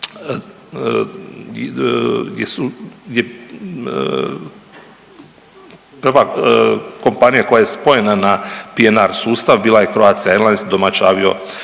prva kompanija koja je spojena PNR sustav bila je Croatia Airlines domaća